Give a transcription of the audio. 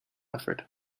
effort